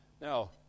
Now